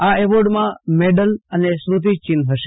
આ ઐવોર્ડમાં મેડેલ અને સ્મતિ ચિહ્ન હશે